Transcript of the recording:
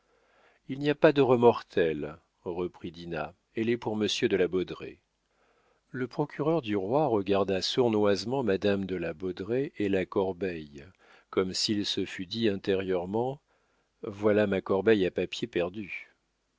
il n'y a pas d'heureux mortel reprit dinah elle est pour monsieur de la baudraye le procureur du roi regarda sournoisement madame de la baudraye et la corbeille comme s'il se fût dit intérieurement voilà ma corbeille à papier perdue